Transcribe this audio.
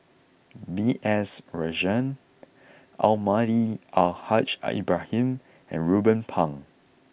B S Rajhans Almahdi Al Haj Ibrahim and Ruben Pang